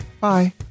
Bye